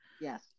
Yes